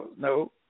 No